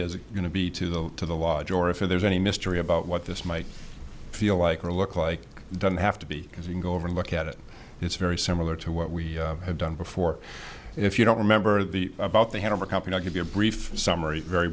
is going to be to the to the lodge or if there's any mystery about what this might feel like or look like doesn't have to be because you can go over and look at it it's very similar to what we had done before if you don't remember the about they had overcome and i could be a brief summary very